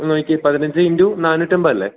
ഒന്ന് നോക്കിയെ പതിനഞ്ച് ഇൻറ്റൂ നാനൂറ്റി അൻപതല്ലേ